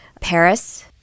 Paris